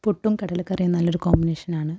പുട്ടും കടലക്കറിയും നല്ലൊരു കോമ്പിനേഷനാണ്